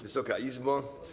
Wysoka Izbo!